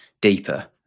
deeper